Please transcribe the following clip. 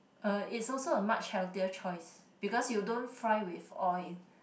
uh is also a much healthier choice because you don't fry with oil